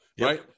Right